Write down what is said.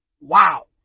Wow